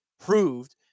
proved